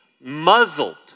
muzzled